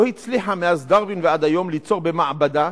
הצליחה מאז דרווין ועד היום ליצור במעבדה,